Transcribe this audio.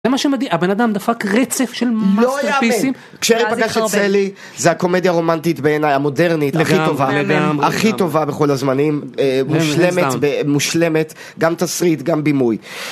זה מה שמדהים, הבן אדם דפק רצף של מסטרפיסים.. לא ייאמן! כשהארי פגש את סאלי, זה הקומדיה הרומנטית בעיניי, המודרנית, לגמרי לגמרי, הכי טובה, הכי טובה בכל הזמנים, מושלמת, מושלמת, גם תסריט, גם בימוי.